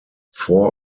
four